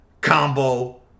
Combo